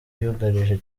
yugarije